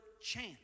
chance